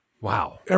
Wow